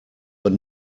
but